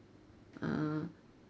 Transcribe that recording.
ah